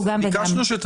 הוא מטעם הכנסת?